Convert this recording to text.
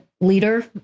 leader